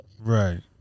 Right